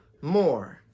more